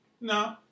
no